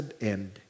end